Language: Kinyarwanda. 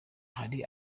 hari